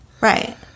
Right